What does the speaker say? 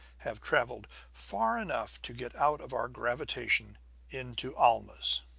have traveled far enough to get out of our gravitation into alma's.